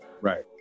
Right